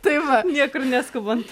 tai va niekur neskubant